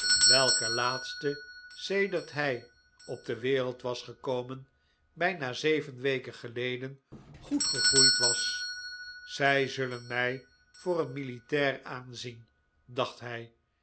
welke laatste sedert hij op de wereld was gekomen bijna zeven weken geleden goed gegroeid was zij zullen mij voor een militair aanzien dacht hij